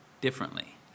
differently